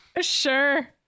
Sure